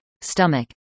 Stomach